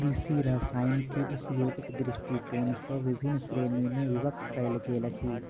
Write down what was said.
कृषि रसायनकेँ उपयोगक दृष्टिकोण सॅ विभिन्न श्रेणी मे विभक्त कयल गेल अछि